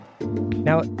now